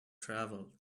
travel